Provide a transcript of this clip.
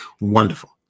Wonderful